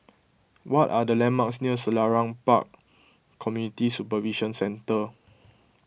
what are the landmarks near Selarang Park Community Supervision Centre